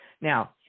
Now